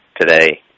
today